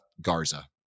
Garza